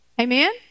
Amen